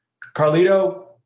Carlito